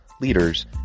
leaders